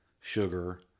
sugar